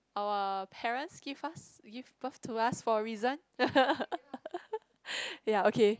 our parents give us give both to us for a reason ya okay